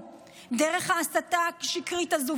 דרך ההסתה השקרית הזו,